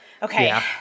Okay